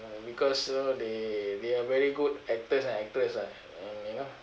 because you know they they are very good actors and actress lah um you know